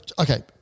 okay